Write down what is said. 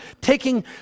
taking